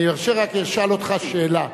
אני ארשה, רק אשאל אותך שאלה.